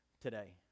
today